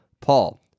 Paul